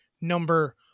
number